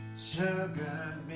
sugar